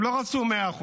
הם לא רצו 100%,